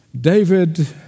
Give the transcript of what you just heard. David